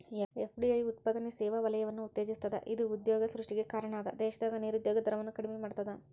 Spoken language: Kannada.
ಎಫ್.ಡಿ.ಐ ಉತ್ಪಾದನೆ ಸೇವಾ ವಲಯವನ್ನ ಉತ್ತೇಜಿಸ್ತದ ಇದ ಉದ್ಯೋಗ ಸೃಷ್ಟಿಗೆ ಕಾರಣ ಅದ ದೇಶದಾಗ ನಿರುದ್ಯೋಗ ದರವನ್ನ ಕಡಿಮಿ ಮಾಡ್ತದ